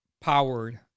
powered